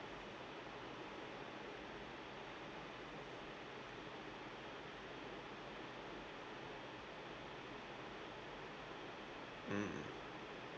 mm